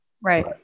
Right